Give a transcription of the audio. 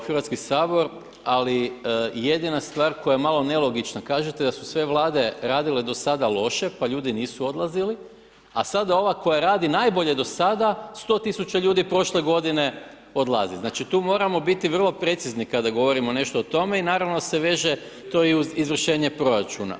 Ali jedina stvar koja je malo nelogična, kažete da su sve Vlade radile do sada loše, pa ljudi nisu odlazili, a da sada ova koja radi najbolje do sada, 100 000 ljudi prošle godine odlazi, znači tu moramo biti vrlo precizni kada govorimo nešto o tome i naravno se veže to i uz izvršenje proračuna.